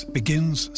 begins